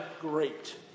great